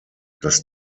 das